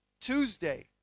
Tuesday